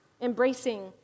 embracing